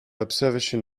observation